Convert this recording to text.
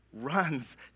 runs